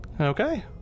Okay